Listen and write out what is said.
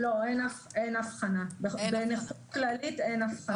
לא, בנכות כללית אין הבחנה.